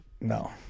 No